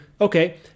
okay